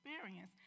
experience